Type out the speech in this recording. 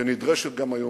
שנדרשת גם היום.